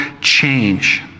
change